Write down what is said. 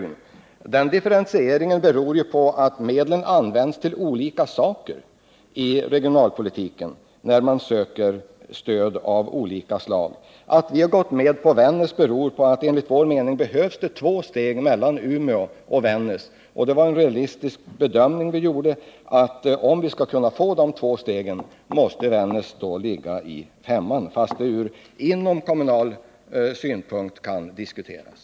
Den redovisade differentieringen beror i hög grad på att medel används till olika saker när man gör investeringar. Att vi har gått med på inplacering av Vännäs i stödområde 5 beror på att enligt vår mening behövs det två steg mellan Umeå och Vännäs. Vi gjorde den realistiska bedömningen att när majoriteten flyttade upp Vännäs i grupp S och behöll Umeå i grupp 3 så måste Vännäs ligga i område 5, även om det ur inomkommunal synpunkt kan diskuteras.